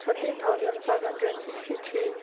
thirteen thousand five hundred sixty three